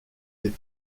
des